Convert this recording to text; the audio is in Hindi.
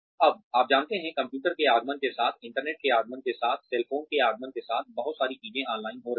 अब आप जानते हैं कंप्यूटर के आगमन के साथ इंटरनेट के आगमन के साथ सेल फोन के आगमन के साथ बहुत सारी चीजें ऑनलाइन हो रही हैं